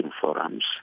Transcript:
forums